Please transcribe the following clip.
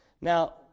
Now